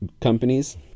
companies